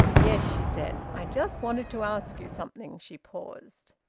yes, she said. i just wanted to ask you something, she paused.